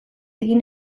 egin